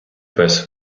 пес